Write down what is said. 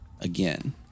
again